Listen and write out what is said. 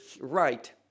right